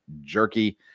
jerky